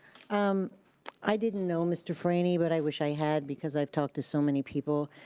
um i didn't know mr. frainie but i wish i had, because i've talked to so many people,